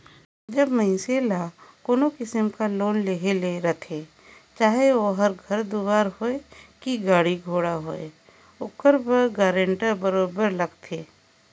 जब मइनसे ल कोनो किसिम कर लोन लेहे ले रहथे चाहे ओ घर दुवार होए कि गाड़ी घोड़ा होए ओकर बर गारंटर बरोबेर लागथे